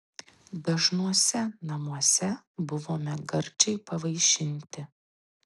dažnuose namuose buvome gardžiai pavaišinti